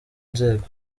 nzego